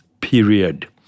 period